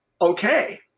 okay